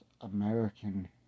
American